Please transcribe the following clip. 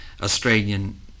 Australian